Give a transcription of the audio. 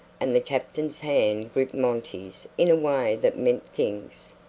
and the captain's hand gripped monty's in a way that meant things.